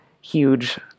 huge